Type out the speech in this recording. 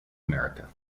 america